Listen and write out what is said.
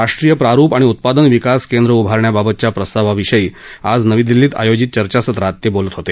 राष्ट्रीय प्रारूप आणि उत्पादन विकास केंद्र उभारण्याबाबतच्या प्रस्तावाविषयी आज नवी दिल्लीत आयोजित चर्चासत्रात ते बोलत होते